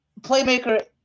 playmaker